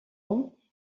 ans